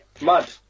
mud